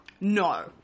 No